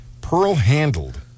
Pearl-handled